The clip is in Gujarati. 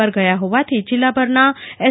પર ગયા હોવાથી જીલ્લા ભરના એસ